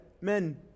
men